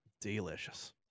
Delicious